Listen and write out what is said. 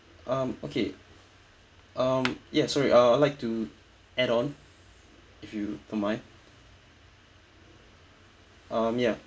um okay um yes sorry uh I would like to add on if you don't mind um ya